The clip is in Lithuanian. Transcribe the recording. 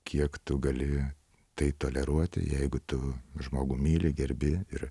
kiek tu gali tai toleruoti jeigu tu žmogų myli gerbi ir